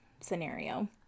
scenario